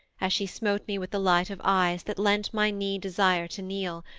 as she smote me with the light of eyes that lent my knee desire to kneel,